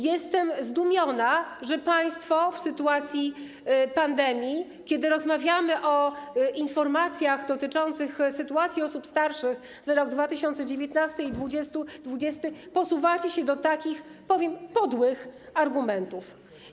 Jestem zdumiona, że państwo w sytuacji pandemii, kiedy rozmawiamy o informacjach dotyczących sytuacji osób starszych za rok 2019 i 2020, posuwacie się do użycia takich - powiem - podłych argumentów.